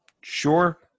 sure